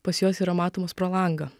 pas juos yra matomas pro langą